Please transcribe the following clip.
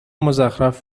مزخرف